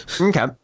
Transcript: Okay